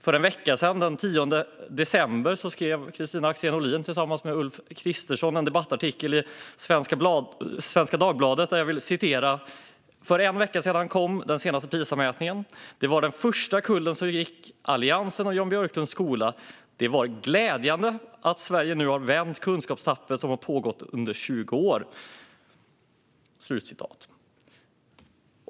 För en vecka sedan, den 10 december, skrev Kristina Axén Olin tillsammans med Ulf Kristersson en debattartikel i Svenska Dagbladet, som jag vill citera: "För en vecka sedan kom den senaste Pisamätningen. Det var den första kullen som gick i Alliansens och Jan Björklunds skola. Det var glädjande att Sverige nu har vänt det kunskapstapp som pågått under 20 år."